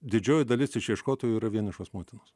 didžioji dalis išieškotojų yra vienišos motinos